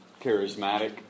charismatic